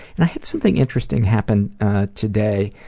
and i had something interesting happen today